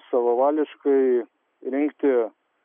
savavališkai rinkti